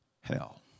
hell